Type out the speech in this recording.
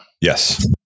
Yes